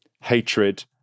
hatred